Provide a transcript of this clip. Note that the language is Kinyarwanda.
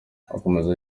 akomeza